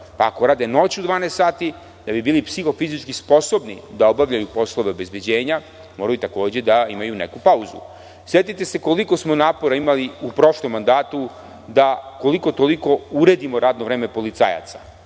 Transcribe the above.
Ako rade noću 12 sati da bi bili psihofizički sposobni da obavljaju poslove obezbeđenja moraju da imaju neku pauzu. Setite se koliko smo napora imali u prošlom mandatu da koliko toliko uredimo radno vreme policajaca